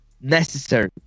necessary